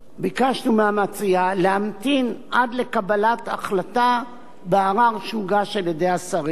ביקשנו מן המציעה להמתין עד לקבלת החלטה בערר שהוגש על-ידי השרים,